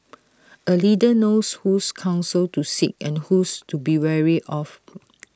A leader knows whose counsel to seek and whose to be wary of